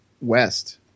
West